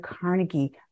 Carnegie